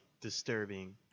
disturbing